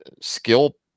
skill